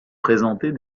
présenter